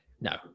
No